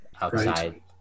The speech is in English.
outside